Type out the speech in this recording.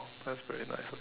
sounds very nice